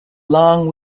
long